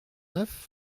neuf